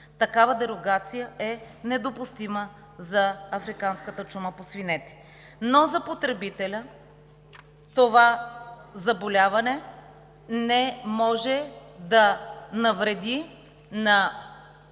Такава дерогация е недопустима за африканската чума по свинете. Но за потребителя това заболяване не може да навреди на